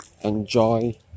enjoy